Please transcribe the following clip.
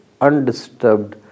undisturbed